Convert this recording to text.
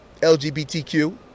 LGBTQ